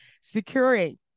securing